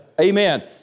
Amen